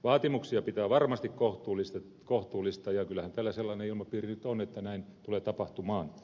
vaatimuksia pitää varmasti kohtuullistaa ja kyllähän täällä sellainen ilmapiiri nyt on että näin tulee tapahtumaan